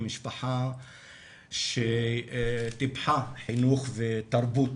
משפחה שטיפחה חינוך ותרבות